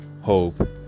hope